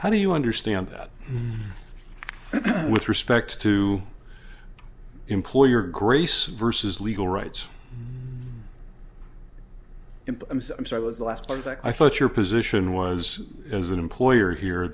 how do you understand that with respect to employer grace vs legal rights imp i'm sorry was the last part that i thought your position was as an employer here